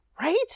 Right